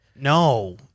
No